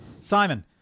Simon